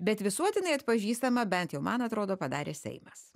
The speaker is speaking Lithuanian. bet visuotinai atpažįstama bent jau man atrodo padarė seimas